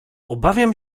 obawiam